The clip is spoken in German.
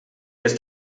ist